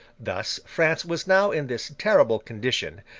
thus, france was now in this terrible condition,